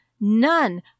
None